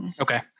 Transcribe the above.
okay